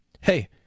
hey